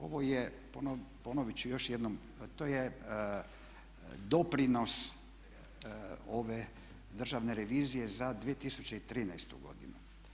Ovo je, ponovit ću još jednom to je doprinos ove Državne revizije za 2013.godinu.